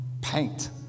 paint